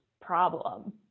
problem